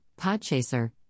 Podchaser